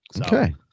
Okay